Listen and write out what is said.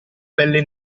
pelle